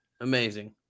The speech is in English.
Amazing